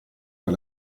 per